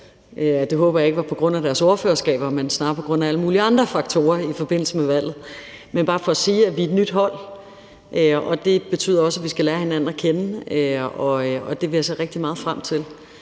Det håber jeg ikke var på grund af deres ordførerskaber, men snarere på grund af alle mulige andre faktorer i forbindelse med valget. Men det er bare for at sige, at vi er et nyt hold, og det betyder også, at vi skal lære hinanden at kende, og det vil jeg se rigtig meget frem til.